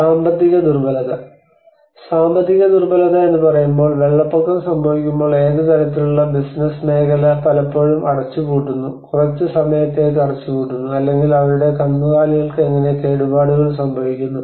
സാമ്പത്തിക ദുർബലത സാമ്പത്തിക ദുർബലത എന്ന് പറയുമ്പോൾ വെള്ളപ്പൊക്കം സംഭവിക്കുമ്പോൾ ഏത് തരത്തിലുള്ള ബിസിനസ്സ് മേഖല പലപ്പോഴും അടച്ചുപൂട്ടുന്നു കുറച്ച് സമയത്തേക്ക് അടച്ചുപൂട്ടുന്നു അല്ലെങ്കിൽ അവരുടെ കന്നുകാലികൾക്ക് എങ്ങനെ കേടുപാടുകൾ സംഭവിക്കുന്നു